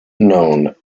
known